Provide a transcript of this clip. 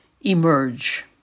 emerge